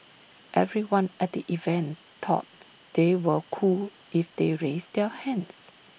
everyone at the event thought they were cool if they raised their hands